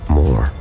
more